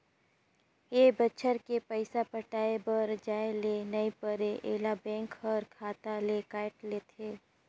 ए बच्छर के पइसा पटाये बर जाये ले नई परे ऐला बेंक हर खाता ले कायट लेथे